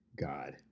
God